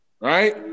right